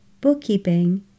bookkeeping